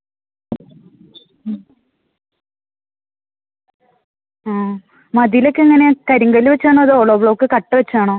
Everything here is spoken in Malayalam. ഉം ആ മതിലൊക്കെ എങ്ങനെയാണ് കരിങ്കല്ല് വച്ചാണോ അതോ ഹോളോ ബ്ലോക്ക് കട്ട വച്ചാണോ